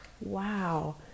Wow